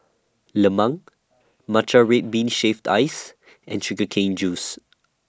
Lemang Matcha Red Bean Shaved Ice and Sugar Cane Juice